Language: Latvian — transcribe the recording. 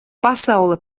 pasaule